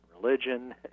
religion